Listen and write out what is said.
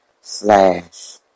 slash